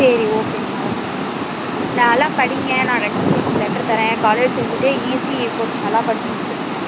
சரி ஓகேங்கம்மா ஓகேம்மா நல்லா படிங்கள் நான் ரெக்கமண்டேஷன் லெட்ரு தரேன் காலேஜ் சேர்ந்துட்டு இசிஇ கோர்ஸ் நல்லா படித்து முடிச்சுருங்க